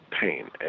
pain